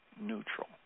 neutral